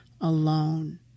alone